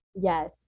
Yes